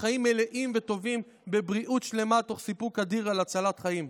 חיים מלאים וטובים בבריאות שלמה תוך סיפוק אדיר על הצלת חיים.